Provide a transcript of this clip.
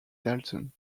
dalton